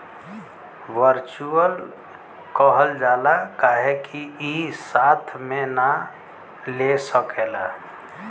virtual कहल जाला काहे कि ई हाथ मे ना ले सकेला